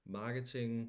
marketing